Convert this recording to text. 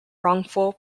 wrongful